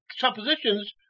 suppositions